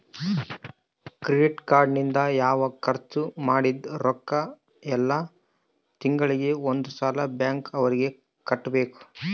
credit card ನಿಂದ ನಾವ್ ಖರ್ಚ ಮದಿದ್ದ್ ರೊಕ್ಕ ಯೆಲ್ಲ ತಿಂಗಳಿಗೆ ಒಂದ್ ಸಲ ಬ್ಯಾಂಕ್ ಅವರಿಗೆ ಕಟ್ಬೆಕು